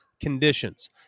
conditions